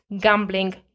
gambling